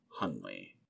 hunley